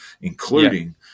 including